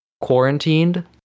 quarantined